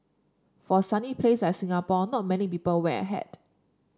for a sunny place like Singapore not many people wear a hat